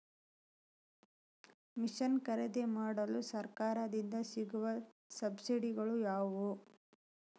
Mission ಖರೇದಿಮಾಡಲು ಸರಕಾರದಿಂದ ಸಿಗುವ ಸಬ್ಸಿಡಿಗಳು ಯಾವುವು?